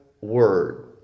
word